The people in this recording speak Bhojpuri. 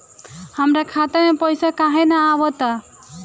हमरा खाता में पइसा काहे ना आव ता?